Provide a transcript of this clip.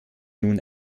nun